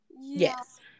Yes